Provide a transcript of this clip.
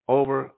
over